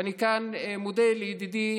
ואני כאן מודה לידידי